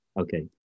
Okay